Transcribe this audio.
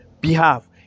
behalf